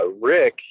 Rick